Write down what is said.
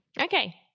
Okay